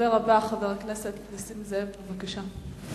הדובר הבא, חבר הכנסת נסים זאב, בבקשה.